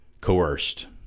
coerced